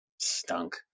stunk